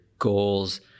Goals